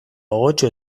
gogotsu